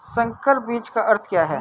संकर बीज का अर्थ क्या है?